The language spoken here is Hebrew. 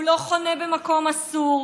והוא לא חונה במקום אסור,